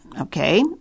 okay